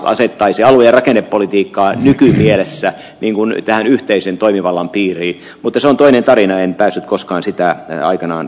osittaisia aluerakennepolitiikkaa nykymielessä minun ei tähän yhteisen toimivallan piiriin mutta se on toinen tarina ei pääse koskaan sitä aikanaan